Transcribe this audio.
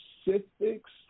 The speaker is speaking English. specifics